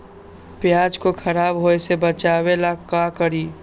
प्याज को खराब होय से बचाव ला का करी?